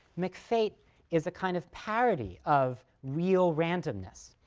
mcfate is a kind of parody of real randomness.